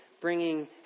bringing